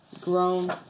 grown